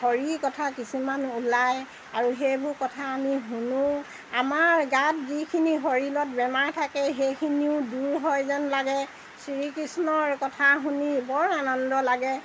হৰি কথা কিছুমান ওলায় আৰু সেইবোৰ কথা আমি শুনো আমাৰ গাত যিখিনি শৰীলত বেমাৰ থাকে সেইখিনিও দূৰ হয় যেন লাগে শ্ৰীকৃষ্ণৰ কথা শুনি বৰ আনন্দ লাগে